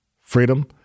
Freedom